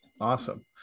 Awesome